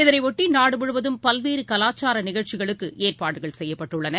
இதனையொட்டிநாடுமுழுவதும் பல்வேறுகலாச்சாரநிகழ்ச்சிகளுக்குஏற்பாடுகள் செய்யப்பட்டுள்ளன